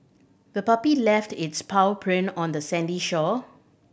the puppy left its paw print on the sandy shore